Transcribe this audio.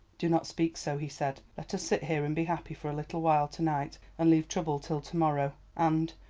do not speak so, he said let us sit here and be happy for a little while to-night, and leave trouble till to-morrow. and,